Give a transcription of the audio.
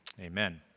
amen